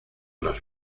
las